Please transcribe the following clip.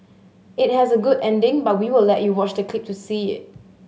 it has a good ending but we will let you watch the clip to see it